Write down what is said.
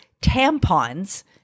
tampons